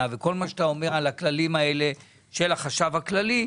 וכל מה שאתה אומר על הכללים האלה של החשב הכללי,